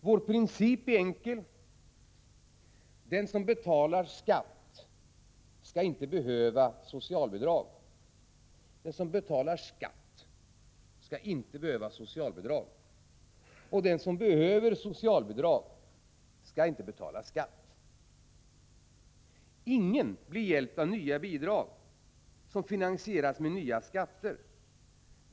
Vår princip är enkel: Den som betalar skatt skall inte behöva socialbidrag. Och den som behöver socialbidrag skall inte betala skatt. Ingen blir hjälpt av nya bidrag som finansieras med nya skatter.